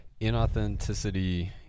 Inauthenticity